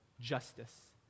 justice